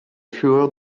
fureur